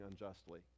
unjustly